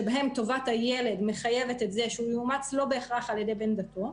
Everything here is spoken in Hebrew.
שבהם טובת הילד מחייבת את זה שהוא יאומץ לא בהכרח על-ידי בן דתו,